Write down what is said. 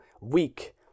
weak